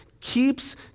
keeps